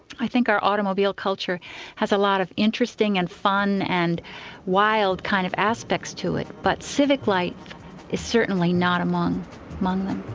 i think our automobile culture has a lot of interesting and fun and wild kind of aspects to it, but civic life is certainly not among among them.